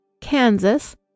Kansas